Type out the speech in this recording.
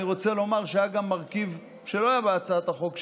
אני רוצה לומר שהיה גם מרכיב שלא היה בהצעת החוק שלי,